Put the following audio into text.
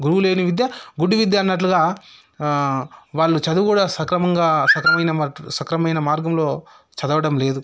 గురువు లేని విద్య గుడ్డి విద్య అన్నట్లుగా వాళ్ళు చదువు కూడా సక్రమంగా సక్రమమైన మార్గంలో చదవడం లేదు